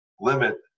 limit